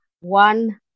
One